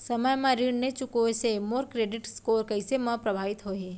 समय म ऋण नई चुकोय से मोर क्रेडिट स्कोर कइसे म प्रभावित होही?